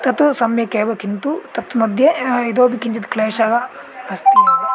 तत् सम्यकेव किन्तु तन्मध्ये इतोऽपि किञ्चित् क्लेशः अस्ति एव